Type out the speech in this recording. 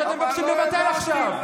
שאתם מבקשים לבטל עכשיו.